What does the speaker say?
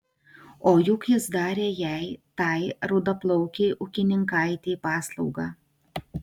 o juk jis darė jai tai rudaplaukei ūkininkaitei paslaugą